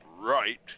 right